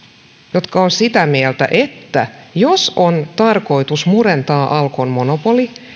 jotka ovat sitä mieltä että jos on tarkoitus murentaa alkon monopoli